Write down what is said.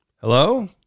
hello